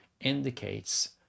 indicates